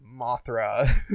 Mothra